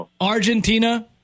Argentina